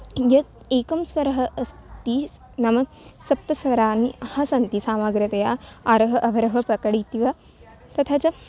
यत् एकं स्वरः अस्ति स् नाम सप्तस्वराः ह सन्ति समग्रतया आरः अवरः पकडितिवा तथा च